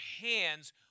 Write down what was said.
hands